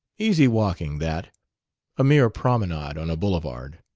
easy walking, that a mere promenade on a boulevard.